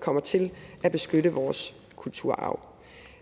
kommer til at beskytte vores kulturarv.